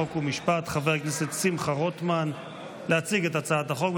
חוק ומשפט חבר הכנסת שמחה רוטמן להציג את הצעת החוק.